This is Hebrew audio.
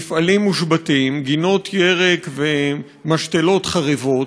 מפעלים מושבתים, גינות ירק ומשתלות חרבות,